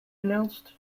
announced